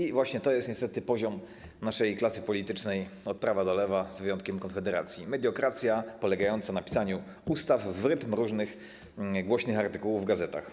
I właśnie to jest niestety poziom naszej klasy politycznej od prawa do lewa, z wyjątkiem Konfederacji: mediokracja polegająca na pisaniu ustaw w rytm różnych głośnych artykułów w gazetach.